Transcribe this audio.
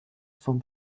vom